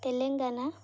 Telangana